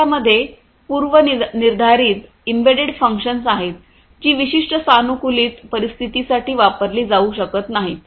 त्यांच्यामध्ये पूर्वनिर्धारित embedded functions आहेत जी विशिष्ट सानुकूलित परिस्थितीसाठी वापरली जाऊ शकत नाहीत